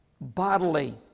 bodily